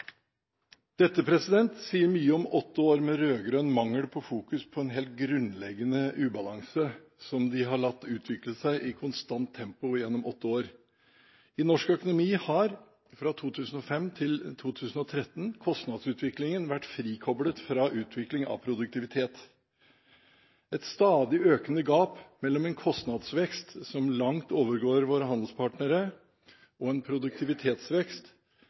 Dette sier mye om åtte års rød-grønn manglende fokusering på en helt grunnleggende ubalanse, som de har latt utvikle seg i konstant tempo gjennom disse åtte årene. I norsk økonomi har kostnadsutviklingen fra 2005 til 2013 vært frikoblet fra utvikling av produktivitet. Et stadig økende gap mellom en kostnadsvekst som langt overgår våre handelspartnere, og en produktivitetsvekst